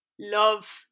love